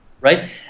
right